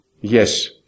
Yes